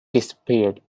disappeared